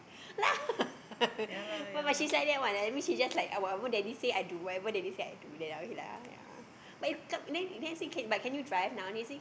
oh but she's like that one I mean she just like that [one] whatever daddy say I do whatever daddy say I do then I okay lah ya but it's c~ then I say but uh can you drive now then he say